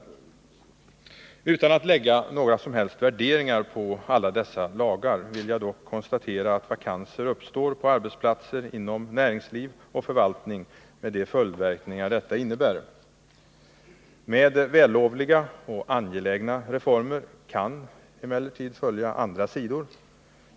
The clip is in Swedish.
Utan att lägga några som helst värderingar på alla dessa lagar vill jag dock konstatera att vakanser uppstår på arbetsplatser inom näringsliv och förvaltning med de följdverkningar detta innebär. Med vällovliga och angelägna reformer kan emellertid följa andra sidor.